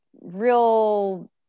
real